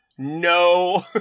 No